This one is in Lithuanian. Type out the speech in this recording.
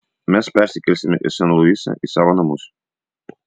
mes persikelsime į sen luisą į savo namus